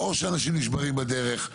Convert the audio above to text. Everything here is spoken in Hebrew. או שאנשים נשברים בדרך,